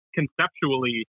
conceptually